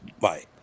Bye